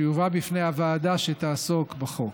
שיובא בפני הוועדה שתעסוק בחוק,